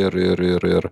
ir ir ir ir